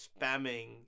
spamming